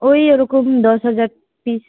ওই ওরকম দশ হাজার পিস